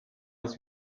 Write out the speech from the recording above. das